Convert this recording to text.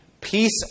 peace